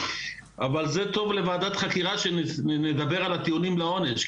אבל זה טוב לוועדת חקירה שמדבר על הטיעונים לעונש.